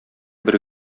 бер